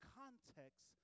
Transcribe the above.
context